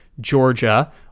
Georgia